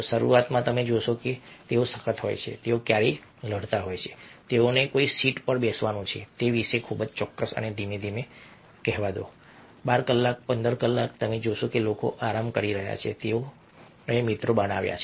શરૂઆતમાં તમે જોશો કે તેઓ સખત હોય છે તેઓ ક્યારેક લડતા હોય છે તેઓને કઈ સીટ પર બેસવાનું છે તે વિશે ખૂબ જ ચોક્કસ અને ધીમે ધીમે કહેવા દો કે 12 કલાક 15 કલાક તમે જોશો કે લોકો આરામ કરી રહ્યા છે તેઓએ મિત્રો બનાવ્યા છે